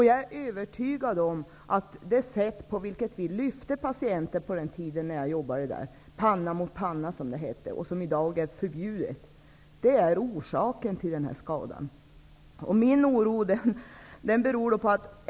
Jag är övertygad om att det sätt på vilket vi lyfte patienter när jag jobbade i långvården -- ''panna mot panna'', och som i dag är förbjudet -- är orsaken till min skada. Min oro beror på följande.